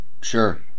Sure